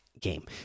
game